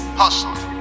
hustling